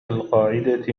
القاعدة